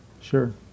Sure